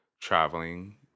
traveling